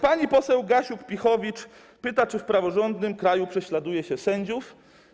Pani poseł Gasiuk-Pihowicz pyta, czy w praworządnym kraju prześladuje się sędziów.